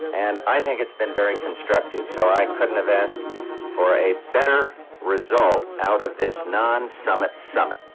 and i think it's been very constructive. so i couldn't have asked for a better result out of this non-summit summit.